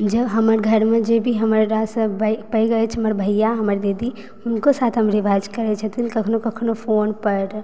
जब हमर घरमे जे भी हमरासँ पैघ अछि हमर भैआ हमर दीदी हुनको साथ हम रिभाइज करैत छथिन कखनो कखनो फोनपर